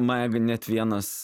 man irgi net vienas